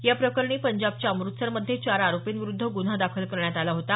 या प्रकरणी पंजाबच्या अमुतसरमध्ये चार आरोपींविरुद्ध गुन्हा दाखल करण्यात आला होता